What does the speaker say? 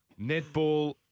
Netball